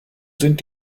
sind